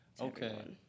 okay